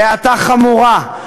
בהאטה חמורה.